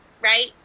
right